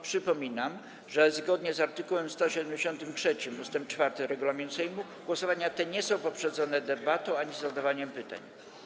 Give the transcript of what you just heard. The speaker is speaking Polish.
Przypominam, że zgodnie z art. 173 ust. 4 regulaminu Sejmu głosowania te nie są poprzedzone debatą ani zadawaniem pytań.